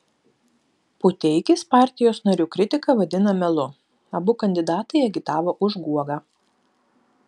puteikis partijos narių kritiką vadina melu abu kandidatai agitavo už guogą